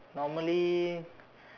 normally